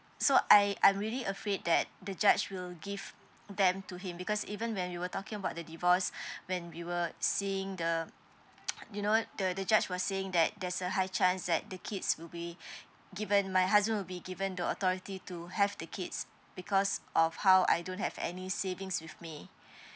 so I I'm really afraid that the judge will give them to him because even when we were talking about the divorce when we were seeing the you know the the judge was saying that there's a high chance that the kids will be given my husband will be given the authority to have the kids because of how I don't have any savings with me